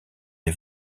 des